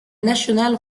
national